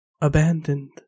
abandoned